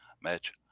match